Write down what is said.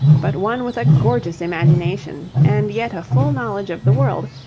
but one with a gorgeous imagination and yet a full knowledge of the world,